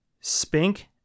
Spink